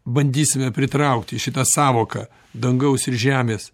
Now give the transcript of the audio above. bandysime pritraukti šitą sąvoką dangaus ir žemės